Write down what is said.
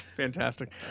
Fantastic